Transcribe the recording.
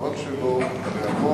חבל שלא יכלו